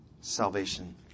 salvation